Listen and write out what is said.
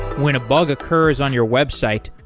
when a bug occurs on your website,